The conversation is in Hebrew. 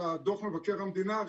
-- בנושאים של דוח מבקר המדינה.